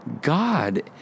God